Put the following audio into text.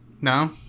No